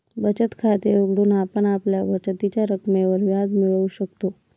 बचत खाते उघडून आपण आपल्या बचतीच्या रकमेवर व्याज मिळवू शकतो